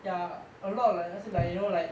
ya a lot like 那些 like you know like